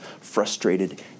frustrated